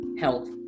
health